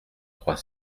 trois